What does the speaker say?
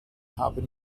haben